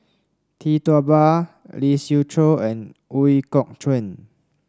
Tee Tua Ba Lee Siew Choh and Ooi Kok Chuen